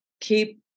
Keep